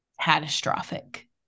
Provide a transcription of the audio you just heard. catastrophic